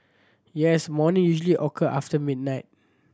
yes morning usually occur after midnight